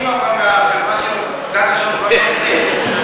אולי זו דרך לקבל תמלוגים מהחברה שדגה שם דברים אחרים.